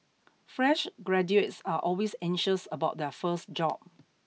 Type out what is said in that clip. fresh graduates are always anxious about their first job